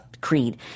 creed